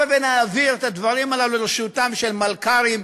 הבה ונעביר את הדברים הללו לשירותם של מלכ"רים,